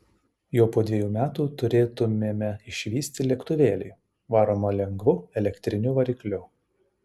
jau po dviejų metų turėtumėme išvysti lėktuvėlį varomą lengvu elektriniu varikliu